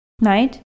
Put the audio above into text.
right